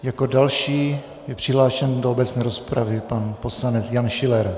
Jako další je přihlášen do obecné rozpravy pan poslanec Jan Schiller.